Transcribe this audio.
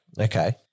Okay